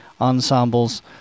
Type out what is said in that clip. ensembles